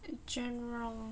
general